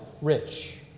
rich